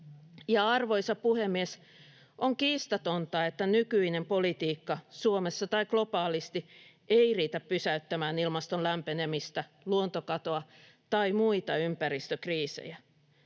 arvoisa puhemies, on kiistatonta, että nykyinen politiikka Suomessa tai globaalisti ei riitä pysäyttämään ilmaston lämpenemistä, luontokatoa tai muita ympäristökriisejä.